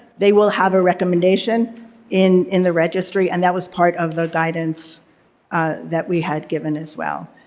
they will have a recommendation in in the registry and that was part of the guidance that we had given as well.